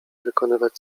wykonywać